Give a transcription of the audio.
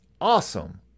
awesome